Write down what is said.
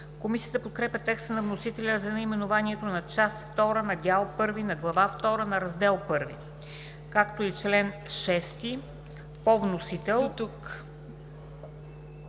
Комисията подкрепя текста на вносителя за наименованието на Част втора, на Дял първи, на Глава втора, на Раздел I, както и чл. 6 по вносител.